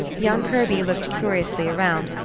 young kirby looked curiously around,